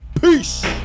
Peace